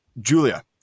Julia